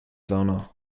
honour